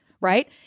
Right